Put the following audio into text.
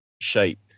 shape